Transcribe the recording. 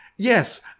Yes